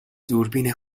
دوربین